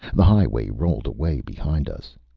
the highway rolled away behind us,